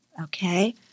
Okay